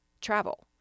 travel